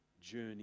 journey